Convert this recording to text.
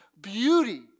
beauty